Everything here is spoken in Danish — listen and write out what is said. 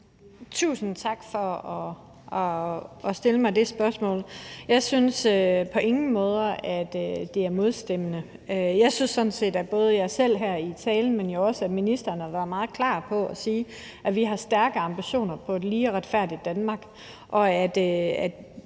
Tusind tak for at stille mig det spørgsmål. Jeg synes på ingen måder, at det er modstridende. Jeg synes sådan set, at både jeg selv her i talen, men jo også at ministeren har været meget klar ved at sige, at vi har stærke ambitioner om et lige og retfærdigt Danmark,